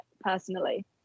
personally